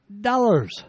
dollars